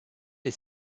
est